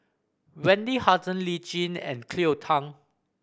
Wendy Hutton Lee Tjin and Cleo Thang